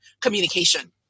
communication